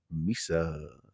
misa